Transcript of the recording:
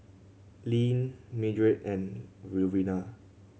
Leeann Mildred and Louvenia